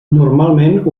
normalment